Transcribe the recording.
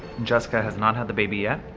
jessica has not had the baby yet.